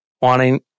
wanting